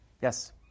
Yes